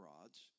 rods